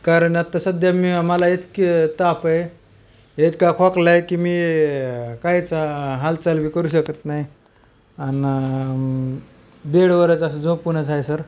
कारण आत्ता सध्या मी मला इतकी ताप आहे इतका खोकला आहे की मी कायच हालचाल बी करू शकत नाही आणि बेडवरच असं झोपूनच आहे सर